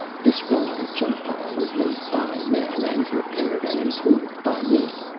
this rolling junk pile was made by men and repaired and improved by me,